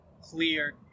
clear